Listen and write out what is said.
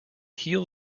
heal